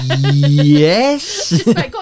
Yes